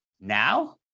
now